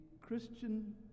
Christian